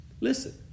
Listen